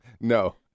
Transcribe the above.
No